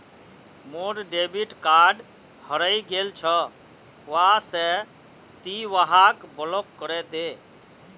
मोर debit card हरइ गेल छ वा से ति वहाक ब्लॉक करे दे